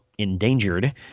endangered